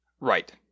Right